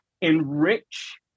enrich